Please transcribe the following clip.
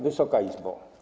Wysoka Izbo!